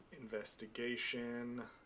Investigation